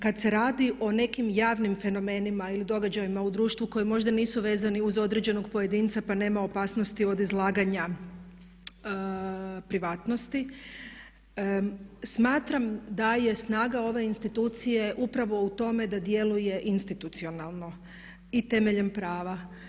Kada se radi o nekim javnim fenomenima ili događajima u društvu koji možda nisu vezani uz određenog pojedinca pa nema opasnosti od izlaganja privatnosti smatram da je snaga ove institucije upravo u tome da djeluje institucionalno i temeljem prava.